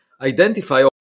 identify